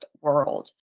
World